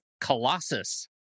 colossus